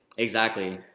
exactly.